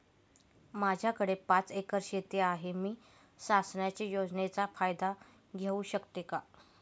माझ्याकडे पाच एकर शेती आहे, मी शासनाच्या योजनेचा फायदा घेऊ शकते का?